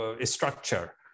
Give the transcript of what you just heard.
structure